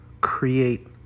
create